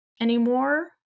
anymore